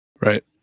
Right